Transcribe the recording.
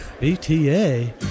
BTA